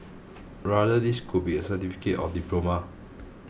rather this could be a certificate or diploma